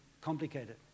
complicated